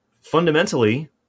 Fundamentally